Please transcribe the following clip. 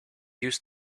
used